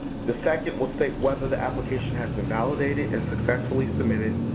the second will state whether the application has been validated and successfully submitted,